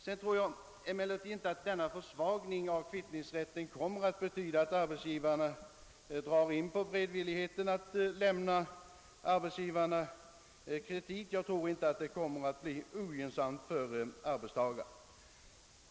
Jag tror emellertid inte att denna försvagning av kvittningsrätten kommer att betyda att arbetsgivarna drar in på beredvilligheten att lämna arbetstagarna kredit.